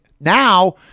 now